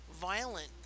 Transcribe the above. violent